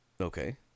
Okay